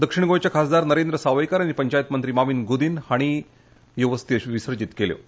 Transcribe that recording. दक्षिण गोंयचे खासदार नरेंद्र सावयकार आनी पंचायत मंत्री मॉविन गुदिन्हो हांणी ह्यो अस्थी विसर्जित केल्यो